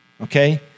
okay